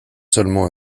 seulement